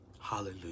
Hallelujah